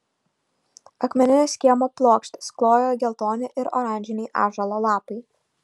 akmenines kiemo plokštes klojo geltoni ir oranžiniai ąžuolo lapai